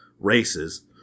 races